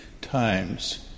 times